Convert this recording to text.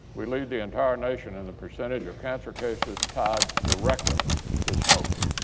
we lead the entire nation in the percentage of cancer cases tied directly to smoking.